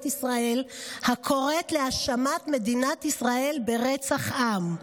ישראל הקוראת להאשמת מדינת ישראל ברצח עם.